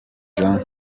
jean